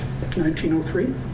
1903